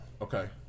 Okay